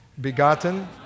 begotten